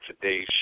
today's